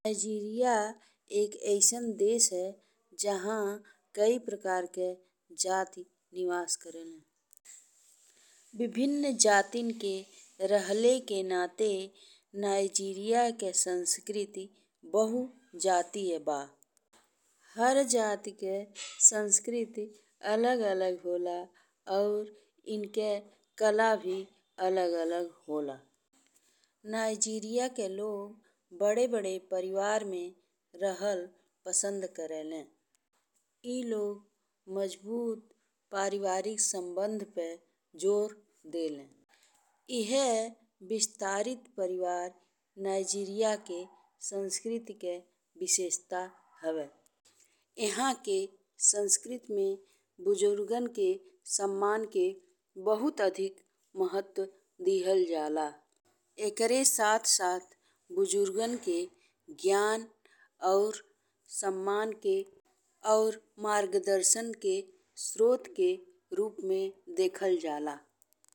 Nigeria एक अइसन देश है जहा कई प्रकार के जाति निवास करेलिन। विभिन्न जातीन के रहल के नाते नाइजीरिया के संस्कृति बहुजातीय बा। हर जाति के संस्कृति अलग अलग होला और इनके कला भी अलग अलग होला। नाइजीरिया के लोग बड़े बड़े परिवार में रहल पसन्द करेलें। ए लोग मजबूत पारिवारिक संबंध पे जोर देलें। एहि विस्तरित परिवार नाइजीरिया के संस्कृति के विशेषता हवे। इहाँ के संस्कृति में बुजुर्गन के सम्मान के बहुत अधिक महत्व दीहल जाला। एकरे साथ साथ बुजुर्गन के ज्ञान और सम्मान के अउर मार्गदर्शन के स्रोत के रूप में देखल जाला।